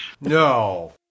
No